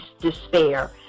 despair